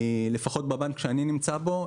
לפחות בבנק שאני נמצא בו,